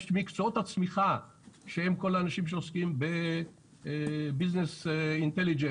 מקצועות הצמיחה שהם כל האנשים שעוסקים בביזנס אינטליג'נט.